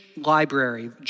library